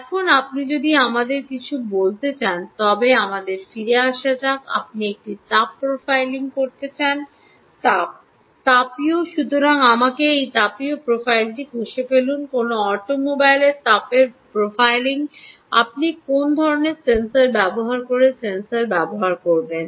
এখন আপনি যদি আমাদের কিছু বলতে চান তবে আমাদের ফিরে আসা যাক আপনি একটি তাপ প্রোফাইলিং করতে চান তাপ তাপীয় সুতরাং আমাকে এটি তাপীয় প্রোফাইলটি ঘষে ফেলুন কোনও অটোমোবাইলের তাপের প্রোফাইলিং আপনি কোন ধরণের সেন্সর ব্যবহার করতে সেন্সর ব্যবহার করবেন